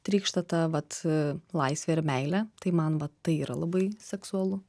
trykšta ta vat laisvė ir meilė tai man va tai yra labai seksualu